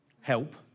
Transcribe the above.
help